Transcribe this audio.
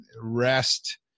rest